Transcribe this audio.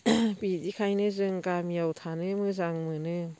बिदिखायनो जों गामियाव थानो मोजां मोनो